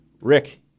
Rick